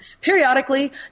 periodically